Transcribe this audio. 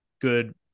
good